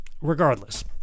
regardless